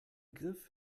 griff